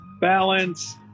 balance